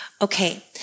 Okay